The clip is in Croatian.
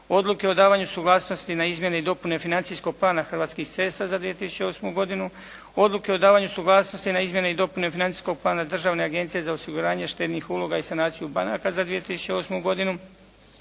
Odluke o davanju suglasnosti na izmjene i dopune financijskog plana Hrvatskih cesta za 2008. godinu. Odluke o davanju suglasnosti na izmjene i dopune financijskog plana Državne agencije za osiguranje štednih uloga i sanaciju banaka za 2008. godinu.